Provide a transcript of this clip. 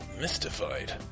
Mystified